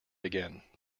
again